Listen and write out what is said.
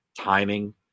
timing